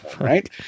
Right